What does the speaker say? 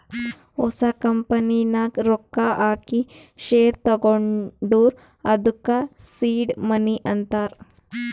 ಹೊಸ ಕಂಪನಿ ನಾಗ್ ರೊಕ್ಕಾ ಹಾಕಿ ಶೇರ್ ತಗೊಂಡುರ್ ಅದ್ದುಕ ಸೀಡ್ ಮನಿ ಅಂತಾರ್